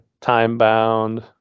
time-bound